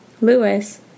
Lewis